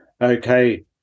Okay